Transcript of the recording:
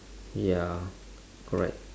ya correct